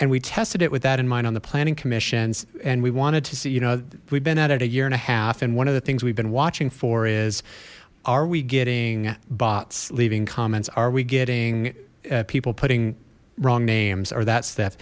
and we tested it with that in mind on the planning commission's and we wanted to see you know we've been at it a year and a half and one of the things we've been watching for is are we getting bots leaving comments are we getting people putting wrong names or that